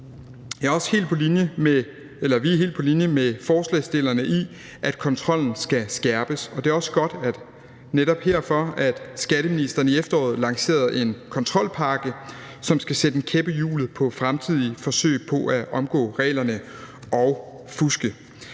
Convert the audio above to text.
Vi er også helt på linje med forslagsstillerne i, at kontrollen skal skærpes, og det er derfor netop også godt, at skatteministeren i efteråret lancerede en kontrolpakke, som skal sætte en kæp i hjulet på fremtidige forsøg på at omgå reglerne og fuske,